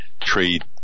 trade